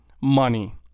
money